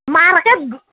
market